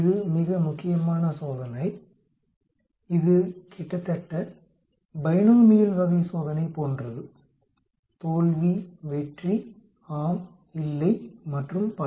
இது மிக முக்கியமான சோதனை இது கிட்டத்தட்ட பைனோமியல் வகை சோதனை போன்றது தோல்வி வெற்றி ஆம் இல்லை மற்றும் பல